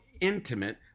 intimate